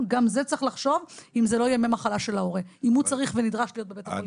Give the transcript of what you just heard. צריך לחשוב אם זה לא ימי מחלה של ההורה אם הוא נדרש להיות בבית החולים.